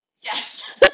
Yes